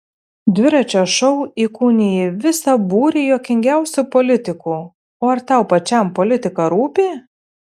dviračio šou įkūniji visą būrį juokingiausių politikų o ar tau pačiam politika rūpi